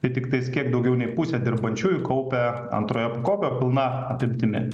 tai tiktais kiek daugiau nei pusė dirbančiųjų kaupia antroje pakopoje pilna apimtimi